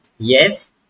yes